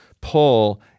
pull